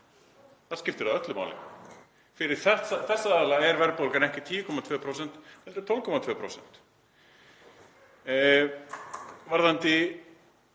Það skiptir öllu máli. Fyrir þessa aðila er verðbólgan ekki 10,2% heldur 12,2%. Varðandi